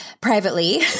privately